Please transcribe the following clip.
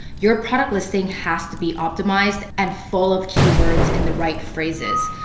your product listing has to be optimized and full of keywords in the right phrases.